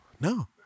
No